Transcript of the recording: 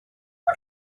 mae